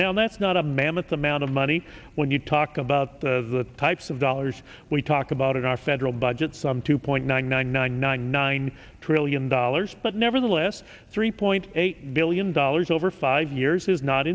now that's not a mammoth amount of money when you talk about the types of dollars we talk about in our federal budget some two point nine nine nine nine nine trillion dollars but nevertheless three point eight billion dollars over five years is not